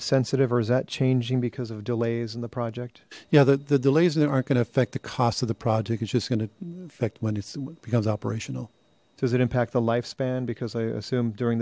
sensitive or is that changing because of delays and the project yeah the delays aren't going to affect the cost of the project is just going to affect when it becomes operational does it impact the lifespan because i assume during